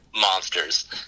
monsters